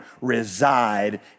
reside